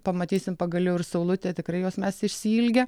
pamatysim pagaliau ir saulutė tikrai jos mes išsiilgę